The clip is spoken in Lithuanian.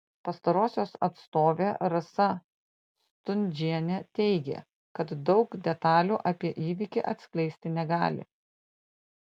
pastarosios atstovė rasa stundžienė teigė kad daug detalių apie įvykį atskleisti negali